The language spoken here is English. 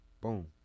Boom